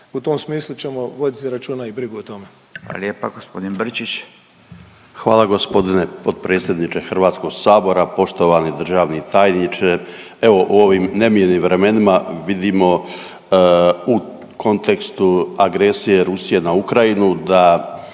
U tom smislu ćemo voditi računa i brigu o tome. **Radin, Furio (Nezavisni)** Hvala lijepo. Gospodin Brčić. **Brčić, Luka (HDZ)** Hvala gospodine potpredsjedniče Hrvatskog sabora. Poštovani državni tajniče evo u ovim nemilim vremenima vidimo u kontekstu agresije Rusije na Ukrajinu da